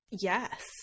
yes